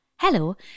Hello